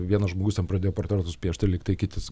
vienas žmogus ten pradėjo portretus piešt tai lygtai kitas